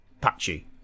patchy